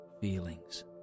feelings